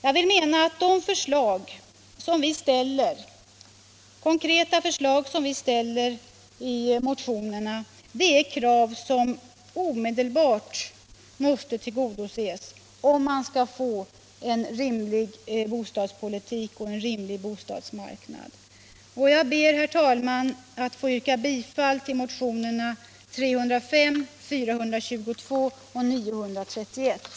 Jag vill hävda att de förslag som vi ställer i motionerna är krav som omedelbart måste tillgodoses, om man skall få en rimlig bostadspolitik och en rimlig bostadsmarknad. Herr talman! Jag ber att få yrka bifall till motionerna 305, 422 och 931.